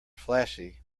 flashy